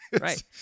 right